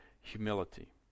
humility